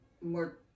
more